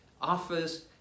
offers